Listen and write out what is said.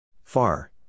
Far